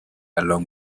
along